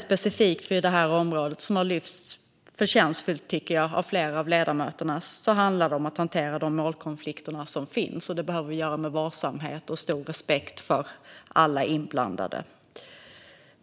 Specifikt för det här området - detta har lyfts förtjänstfull av flera av ledamöterna här - handlar det om att hantera de målkonflikter som finns. Det behöver vi göra med varsamhet och stor respekt för alla inblandade.